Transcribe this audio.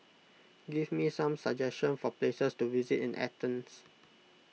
give me some suggestions for places to visit in Athens